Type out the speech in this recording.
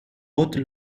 haute